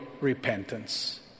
repentance